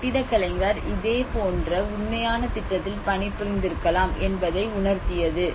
கட்டிடக் கலைஞர் இதேபோன்ற உண்மையான திட்டத்தில் பணிபுரிந்திருக்கலாம் என்பதை உணர்த்தியது